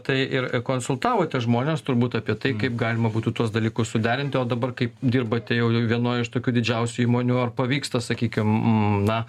tai ir konsultavote žmones turbūt apie tai kaip galima būtų tuos dalykus suderinti o dabar kai dirbate jau vienoj iš tokių didžiausių įmonių ar pavyksta sakykim na